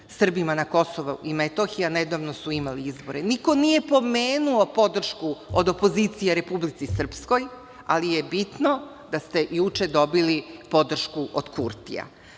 Srbima na Kosovu i Metohiji, a nedavno su imali izbore. Niko nije pomenuo podršku od opozicije Republici Srpskoj, ali je bitno da ste juče dobili podršku od Kurtija. Ono